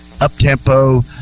up-tempo